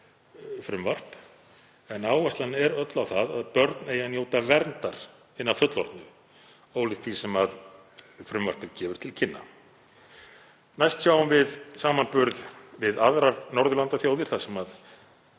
frumvarpið, en áherslan er öll á það að börn eigi að njóta verndar hinna fullorðnu ólíkt því sem frumvarpið gefur til kynna. Næst sjáum við samanburð við aðrar Norðurlandaþjóðir þar sem